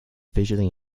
visually